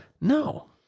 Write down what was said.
No